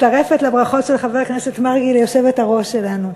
מצטרפת לברכות של חבר הכנסת מרגי ליושבת-ראש שלנו.